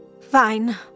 Fine